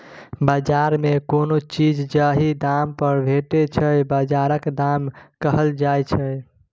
बजार मे कोनो चीज जाहि दाम पर भेटै छै बजारक दाम कहल जाइ छै